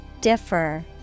Differ